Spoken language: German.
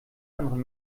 anderen